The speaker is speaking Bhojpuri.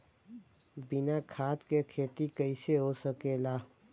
बिना खाद के खेती कइसे हो सकेला?